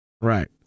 Right